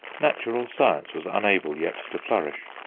natural science was unable yet to flourish.